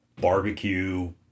barbecue